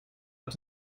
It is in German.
hat